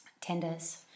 tenders